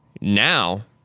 Now